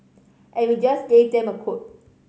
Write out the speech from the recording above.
and we just gave them a quote